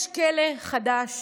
יש כלא חדש